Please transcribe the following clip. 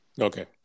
Okay